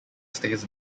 stays